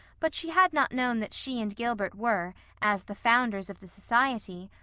but she had not known that she and gilbert were, as the founders of the society,